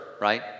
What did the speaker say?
right